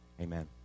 amen